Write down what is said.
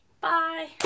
Bye